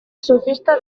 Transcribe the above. sofista